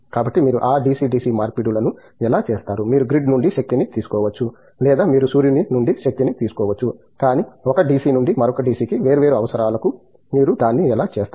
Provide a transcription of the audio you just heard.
కాబట్టి మీరు ఆ DC DC మార్పిడులను ఎలా చేస్తారు మీరు గ్రిడ్ నుండి శక్తిని తీసుకోవచ్చు లేదా మీరు సూర్యుని నుండి శక్తిని తీసుకోవచ్చు కానీ ఒక DC నుంచి మరొక DC కి వేర్వేరు అవసరాలకు మీరు దాన్ని ఎలా చేస్తారు